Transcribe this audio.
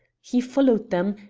he followed them,